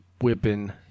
whipping